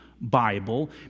Bible